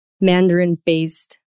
Mandarin-based